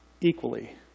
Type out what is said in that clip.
equally